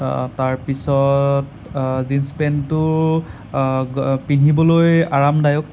তাৰ পিছত জীন্স পেণ্টটো পিন্ধিবলৈ আৰামদায়ক